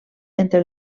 entre